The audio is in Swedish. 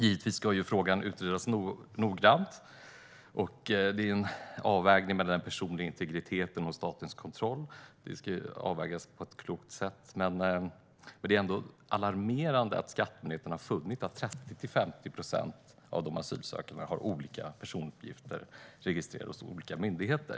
Givetvis ska frågan utredas noggrant, och det är fråga om en avvägning mellan den personliga integriteten och statens kontroll. Det här ska avvägas på ett klokt sätt. Men det är ändå alarmerande att skattemyndigheten har funnit att 30-50 procent av de asylsökande har olika personuppgifter registrerade hos olika myndigheter.